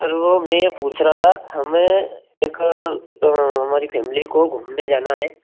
sir वो मैं ये पूछ रहा था हमें एक हमारी फैमली को घूमने जाना है